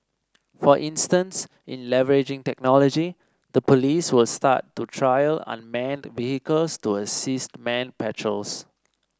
for instance in leveraging technology the police will start to trial unmanned vehicles to assist manned patrols